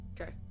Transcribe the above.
Okay